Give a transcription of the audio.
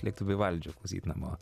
lėktų vivaldžio klausyt namo